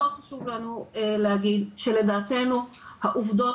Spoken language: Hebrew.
מאוד חשוב לנו להגיד שלדעתנו העובדות